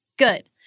good